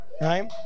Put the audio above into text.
right